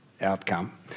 outcome